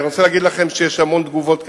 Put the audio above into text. אני רוצה להגיד לכם שיש המון תגובות כאלה,